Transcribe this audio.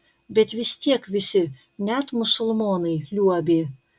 bet vis tiek visi net musulmonai liuobė